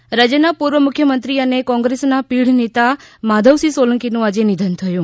ઃ રાજ્યના પૂર્વ મુખ્યમંત્રી અને કોંગ્રેસના પીઢ નેતા માધવસિંહ સોલંકીનું આજે નિધન થયું